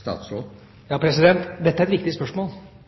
Dette er et viktig spørsmål,